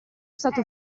stato